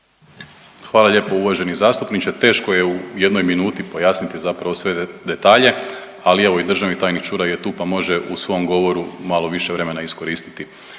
Hvala lijepo uvaženi zastupniče. Teško je u jednom minuti pojasniti zapravo sve detalje, ali evo i državni tajnik Čuraj je tu pa može u svom govoru malo više vremena iskoristiti.